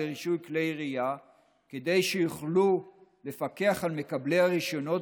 לרישוי כלי ירייה כדי שיוכלו לפקח על מקבלי הרישיונות